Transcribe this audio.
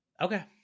Okay